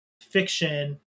fiction